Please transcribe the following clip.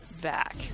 back